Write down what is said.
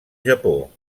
japó